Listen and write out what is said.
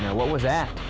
what was that?